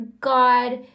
God